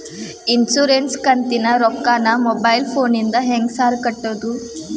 Insurance ಕಂತಿನ ರೊಕ್ಕನಾ mobile ಫೋನಿಂದ ಹೆಂಗ್ ಸಾರ್ ಕಟ್ಟದು?